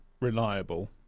reliable